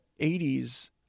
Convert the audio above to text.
80s